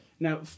Now